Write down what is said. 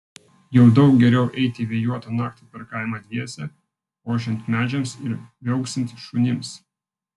jau daug geriau eiti vėjuotą naktį per kaimą dviese ošiant medžiams ir viauksint šunims